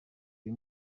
uyu